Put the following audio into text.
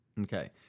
Okay